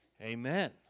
amen